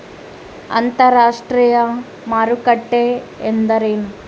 ಅಂತರಾಷ್ಟ್ರೇಯ ಮಾರುಕಟ್ಟೆ ಎಂದರೇನು?